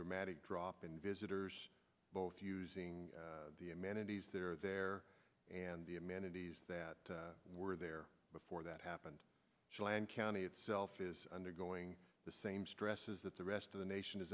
dramatic drop in visitors both using the amenities that are there and the amenities that were there before that happened so and county itself is undergoing the same stresses that the rest of the nation